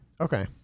Okay